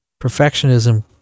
Perfectionism